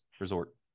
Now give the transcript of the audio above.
resort